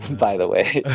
by the way,